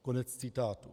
Konec citátu.